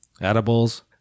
edibles